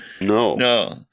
No